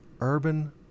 urban